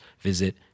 visit